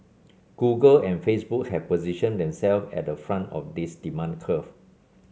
google and Facebook have positioned themselves at the front of this demand curve